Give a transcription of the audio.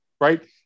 Right